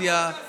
זכויות המיעוט?